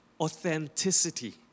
authenticity